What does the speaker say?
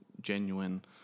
genuine